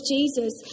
Jesus